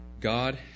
God